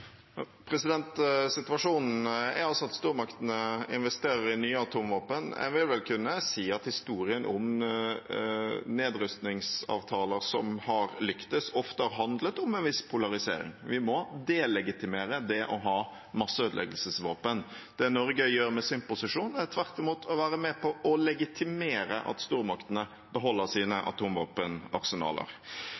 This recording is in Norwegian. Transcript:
Situasjonen er at stormaktene investerer i nye atomvåpen. En vil vel kunne si at historien om nedrustningsavtaler som har lyktes, ofte har handlet om en viss polarisering. Vi må delegitimere det å ha masseødeleggelsesvåpen. Det Norge gjør med sin posisjon, er tvert imot å være med på å legitimere at stormaktene beholder sine